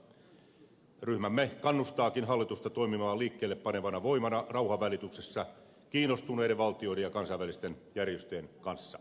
ryhmämme kannustaakin hallitusta toimimaan liikkeelle panevana voimana rauhanvälityksestä kiinnostuneiden valtioiden ja kansainvälisten järjestöjen kanssa